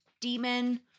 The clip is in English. demon